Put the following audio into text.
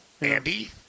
Andy